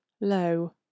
low